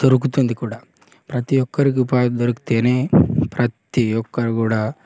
దొరుకుతుంది కూడా ప్రతి ఒక్కరికి ఉపాధి దొరికితేనే ప్రతి ఒక్కరు కూడా